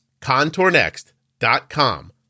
contournext.com